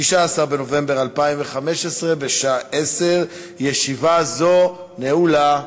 16 בנובמבר 2015, בשעה 10:00. ישיבה זו נעולה.